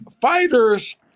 Fighters